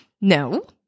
No